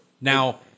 Now